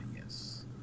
yes